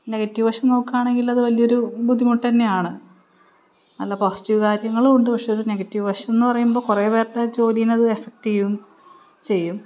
negative വശം നോക്കുകയാണെങ്കിൽ അത് വലിയൊരു ബുദ്ധിമുട്ട് തന്നെയാണ് നല്ല പോസിറ്റീവ് കാര്യങ്ങളും ഉണ്ട് പക്ഷേ ഒരു നെഗറ്റീവ് വശം എന്നു പറയുമ്പോൾ കുറേ പേരുടെ ജോലിയിനെയത് എഫക്ട് ചെയ്യും ചെയ്യും